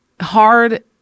hard